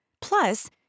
Plus